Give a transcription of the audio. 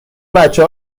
بچه